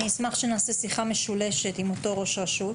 אני אשמח שנעשה שיחה משולשת עם אותו ראש רשות,